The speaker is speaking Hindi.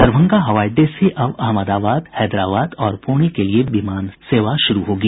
दरभंगा हवाई अड्डे से अब अहमदाबाद हैदराबाद और पुणे के लिए भी विमान सेवा शुरू होगी